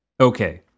Okay